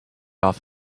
off